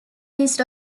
east